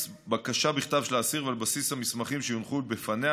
בקשה בכתב של האסיר ועל בסיס המסמכים שיונחו בפניה,